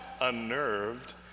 unnerved